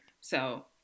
So-